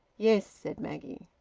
yes, said maggie.